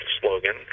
slogan